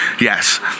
Yes